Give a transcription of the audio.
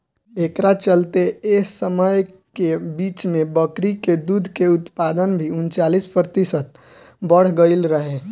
एकरा चलते एह समय के बीच में बकरी के दूध के उत्पादन भी उनचालीस प्रतिशत बड़ गईल रहे